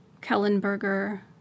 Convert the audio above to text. Kellenberger